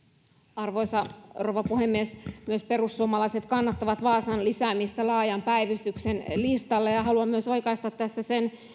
arvoisa rouva puhemies myös perussuomalaiset kannattavat vaasan lisäämistä laajan päivystyksen listalle ja haluan myös oikaista tässä sen